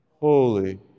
Holy